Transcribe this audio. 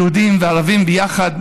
יהודים וערבים ביחד,